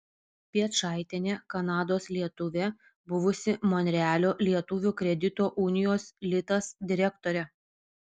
piečaitienė kanados lietuvė buvusi monrealio lietuvių kredito unijos litas direktorė